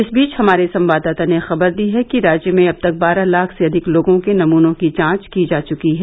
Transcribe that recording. इस बीच हमारे संवाददाता ने खबर दी है कि राज्य में अब तक बारह लाख से अधिक लोगों के नमूनों की जांच की जा चुकी है